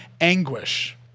anguish